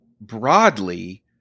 broadly